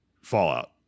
Fallout